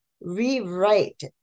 rewrite